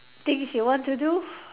things you want to do